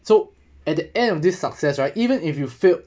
so at the end of this success right even if you failed